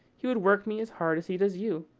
he would work me as hard as he does you.